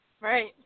Right